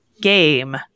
game